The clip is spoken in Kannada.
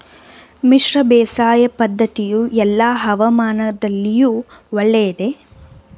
ಮಿಶ್ರ ಬೇಸಾಯ ಪದ್ದತಿಯು ಎಲ್ಲಾ ಹವಾಮಾನದಲ್ಲಿಯೂ ಒಳ್ಳೆಯದೇ?